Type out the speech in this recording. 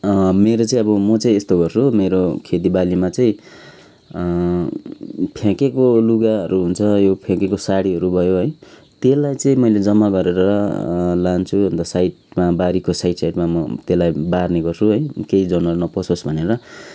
मेरो चाहिँ अब म चाहिँ यस्तो गर्छु मेरो खेती बालीमा चाहिँ फ्याकेको लुगाहरू हुन्छ यो फ्याकेको सारीहरू भयो है त्यसलाई चाहिँ मैले जम्मा गरेर लान्छु अन्त साइडमा बारीको साइड साइडमा म त्यसलाई बार्ने गर्छु है केही जनावरहरू नपसोस् भनेर